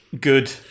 Good